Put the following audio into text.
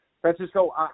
Francisco